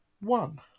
One